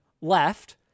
left